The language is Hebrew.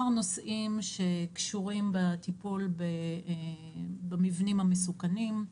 נושאים שקשורים בטיפול במבנים המסוכנים.